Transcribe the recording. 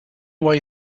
way